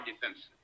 defenses